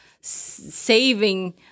saving